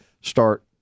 start